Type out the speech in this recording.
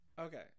Okay